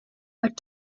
but